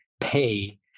pay